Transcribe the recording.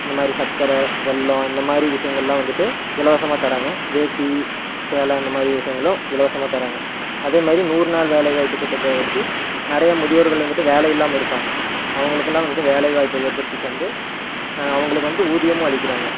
இந்த மாரி சர்க்கரை வெல்லம் இந்த மாரி விஷயங்கள்லாம் வந்துவிட்டு இலவசமாக தராங்க வேட்டி சேலை இந்த மாரி விஷயங்களும் இலவசமாக தராங்க அதே மாரி நூறுநாள் வேலைவாய்ப்புத் திட்டத்தை வச்சு நிறைய முதியோர்கள் வந்துவிட்டு வேலை இல்லாமல் இருப்பாங்க அவங்களுக்குலாம் வந்துவிட்டு வேலைவாய்ப்பை ஏற்படுத்தி தந்து அவங்களுக்கு வந்து ஊதியமும் அளிக்கிறாங்க